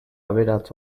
aberats